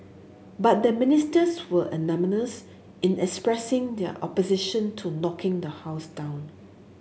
but the Ministers were unanimous in expressing their opposition to knocking the house down